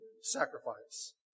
sacrifice